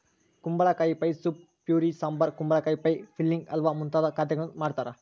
ಕುಂಬಳಕಾಯಿ pie soup puree sambar ಕುಂಬಳಕಾಯಿ pie filling halwa ಮುಂತಾದ ಖಾದ್ಯಗಳನ್ನು ಮಾಡ್ತಾರ